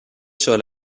sur